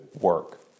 work